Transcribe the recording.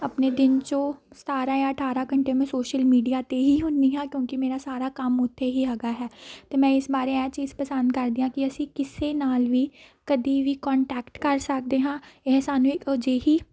ਆਪਣੇ ਦਿਨ 'ਚੋਂ ਸਤਾਰਾਂ ਜਾਂ ਅਠਾਰਾਂ ਘੰਟੇ ਮੈਂ ਸੋਸ਼ਲ ਮੀਡੀਆ 'ਤੇ ਹੀ ਹੁੰਦੀ ਹਾਂ ਕਿਉਂਕਿ ਮੇਰਾ ਸਾਰਾ ਕੰਮ ਉੱਥੇ ਹੀ ਹੈਗਾ ਹੈ ਅਤੇ ਮੈਂ ਇਸ ਬਾਰੇ ਇਹ ਚੀਜ਼ ਪਸੰਦ ਕਰਦੀ ਹਾਂ ਕਿ ਅਸੀਂ ਕਿਸੇ ਨਾਲ ਵੀ ਕਦੀ ਵੀ ਕੋਂਟੈਕਟ ਕਰ ਸਕਦੇ ਹਾਂ ਇਹ ਸਾਨੂੰ ਇੱਕ ਅਜਿਹੀ